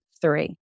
three